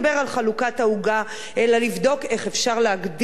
העוגה אלא לבדוק איך אפשר להגדיל את העוגה,